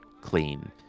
clean